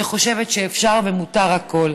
שחושבת שאפשר ומותר הכול.